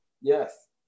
Yes